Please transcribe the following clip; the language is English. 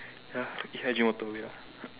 ya i drink water wait ah